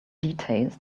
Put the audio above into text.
details